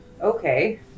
Okay